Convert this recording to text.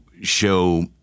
show